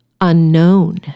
unknown